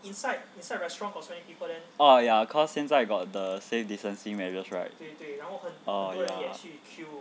oh ya cause 现在 got the safe distancing measures right oh ya lah